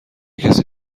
کسی